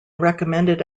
recommended